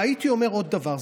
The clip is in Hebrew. והייתי אומר עוד דבר,